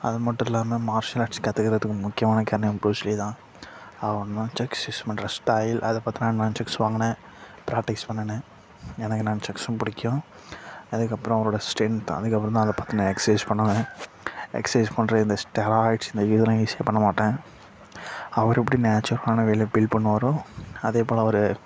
அதுமட்டும் இல்லாமல் martial arts கற்றுக்கறதுக்கு முக்கியமான காரணம் புரூஸ் லீ தான் அவர் நன்சக்ஸ் பண்ற ஸ்டைல் அதை பார்த்து தான் நன்சக்ஸ் வாங்கினேன் பிராக்டிஸ் பண்ணுனேன் எனக்கு நன்சக்ஸ் பிடிக்கும் அதுக்கப்புறம் அவரோடய ஸ்ட்ரென்த் அதுக்கப்புறம் தான் அதை பார்த்து நான் எக்சைஸ் பண்ணுவேன் எக்ஸர்சைஸ் பண்றது இந்த ஸ்டெராய்டு இந்த இதெல்லாம் யூஸ் பண்ண மாட்டேன் அவர் எப்படி நேச்சுரலான வேயில் பில்ட் பண்ணுவாரோ அதேபோல அவர்